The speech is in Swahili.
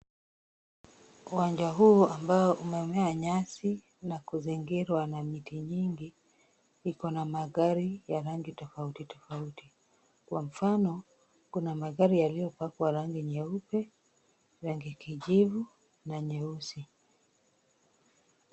Uwanja huu ambao umemea nyasi na kuzingirwa na miti nyingi, iko na magari ya rangi tofauti tofauti. Kwa mfano kuna magari yaliyopakwa rangi nyeupe, rangi kijivu na nyeusi.